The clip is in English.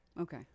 Okay